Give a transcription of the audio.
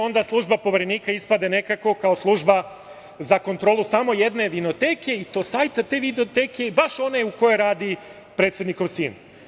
Onda služba Poverenika ispade nekako kao služba za kontrolu samo jedne vinoteke, i to sajta te vinoteke, baš one u kojoj radi predsednikov sin.